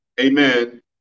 Amen